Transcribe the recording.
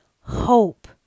hope